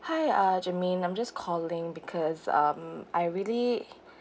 hi uh germaine I'm just calling because um I really